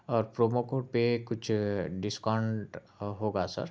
اور promo code پہ کچھ ڈسکاؤنٹ ہوگا سر